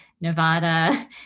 Nevada